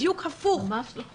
ממש לא.